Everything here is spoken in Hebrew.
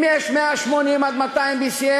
אם יש 180 200 BCM,